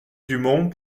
dumont